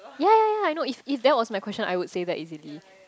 ya ya ya I know if if that was my question I would say that easily